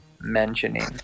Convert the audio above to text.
mentioning